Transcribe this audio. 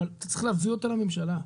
אבל צריך להביא אותה לממשלה,